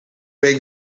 beg